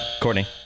Courtney